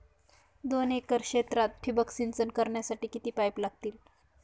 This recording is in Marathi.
दोन एकर क्षेत्रात ठिबक सिंचन करण्यासाठी किती पाईप लागतील?